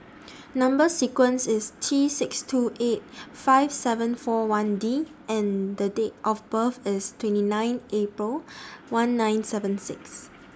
Number sequence IS T six two eight five seven four one D and Date of birth IS twenty nine April one nine seven six